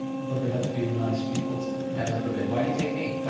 but they have to be nice people too. heaven forbid, why'd you take me?